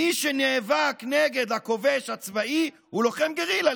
מי שנאבק נגד הכובש הצבאי הוא לוחם גרילה,